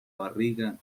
barriga